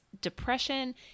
depression